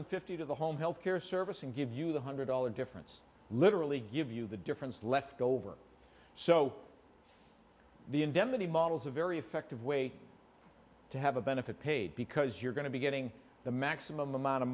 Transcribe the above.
hundred fifty to the home health care service and give you the hundred dollar difference literally give you the difference left over so the indemnity model's a very effective way to have a benefit paid because you're going to be getting the maximum amount of